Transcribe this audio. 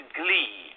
glee